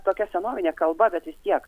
tokia senovinė kalba bet vis tiek